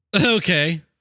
Okay